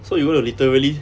so you want to literally